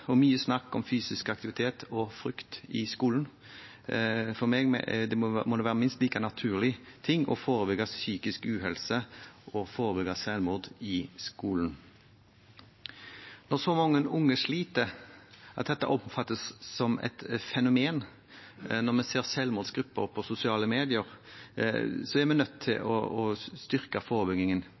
og mye snakk om fysisk aktivitet og frukt i skolen. Det må være minst like naturlig å forebygge psykisk uhelse og forebygge selvmord i skolen. Når så mange unge sliter at dette oppfattes som et fenomen, når vi ser selvmordsgrupper på sosiale medier, er vi nødt til å styrke forebyggingen